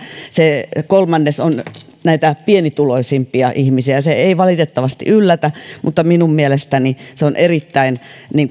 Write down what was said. se kolmannes on nimenomaan näitä pienituloisimpia ihmisiä se ei valitettavasti yllätä mutta minun mielestäni se on erittäin